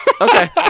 Okay